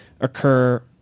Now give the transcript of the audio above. occur